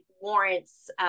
warrants